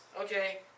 okay